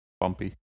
bumpy